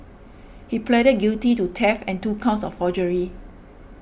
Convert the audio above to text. he pleaded guilty to theft and two counts of forgery